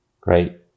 Great